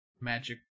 magic